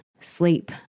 sleep